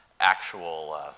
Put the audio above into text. actual